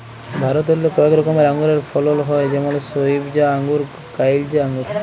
ভারতেল্লে কয়েক রকমের আঙুরের ফলল হ্যয় যেমল সইবজা আঙ্গুর, কাইলচা আঙ্গুর